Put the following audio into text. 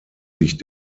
sich